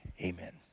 Amen